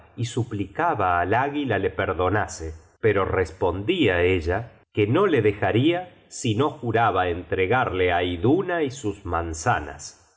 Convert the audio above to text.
y suplicaba al águila le perdonase pero respondia ella que no le dejaria si no juraba entregarle á iduna y sus manzanas